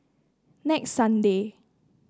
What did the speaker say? next Sunday